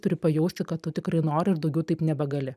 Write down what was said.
turi pajausti kad tu tikrai nori ir daugiau taip nebegali